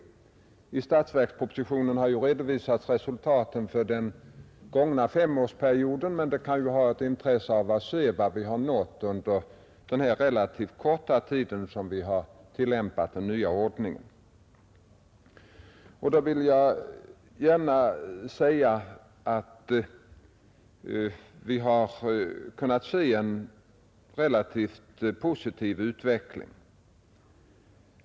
I statsverkspropositionen har redovisats resultaten för den gångna femårsperioden, men det kan ju ha ett intresse att se vad vi uppnått under den relativt korta tid som den nya ordningen har tillämpats. Jag vill konstatera att vi har kunnat se en relativt positiv utveckling.